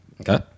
Okay